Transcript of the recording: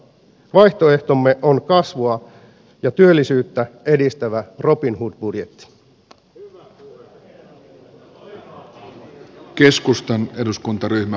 vaihtoehtomme on kasvua ja työllisyyttä edistävä robinhood budjetti